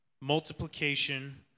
Multiplication